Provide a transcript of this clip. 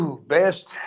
Best